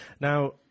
now